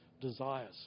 desires